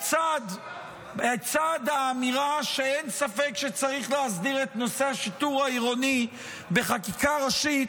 בצד האמירה שאין ספק שצריך להסדיר את נושא השיטור העירוני בחקיקה ראשית,